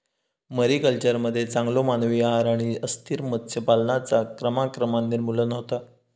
मरीकल्चरमध्ये चांगलो मानवी आहार आणि अस्थिर मत्स्य पालनाचा क्रमाक्रमान निर्मूलन होता